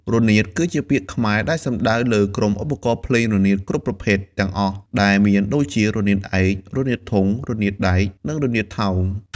រនាតគឺជាពាក្យខ្មែរដែលសំដៅលើក្រុមឧបករណ៍ភ្លេងរនាតគ្រប់ប្រភេទទាំងអស់ដែលមានដូចជា រនាតឯក រនាតធុង រនាតដែក និងរនាតថោង។